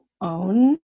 own